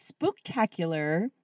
Spooktacular